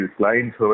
clients